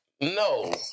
No